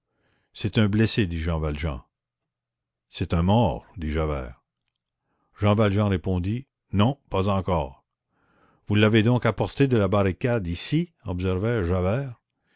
c'est un blessé dit jean valjean c'est un mort dit javert jean valjean répondit non pas encore vous l'avez donc apporté de la barricade ici observa javert